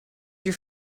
your